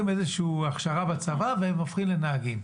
איזושהי הכשרה בצבא והם הופכים לנהגים.